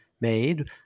made